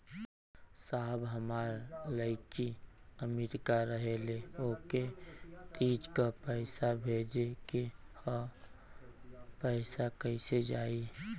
साहब हमार लईकी अमेरिका रहेले ओके तीज क पैसा भेजे के ह पैसा कईसे जाई?